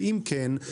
ואם כן,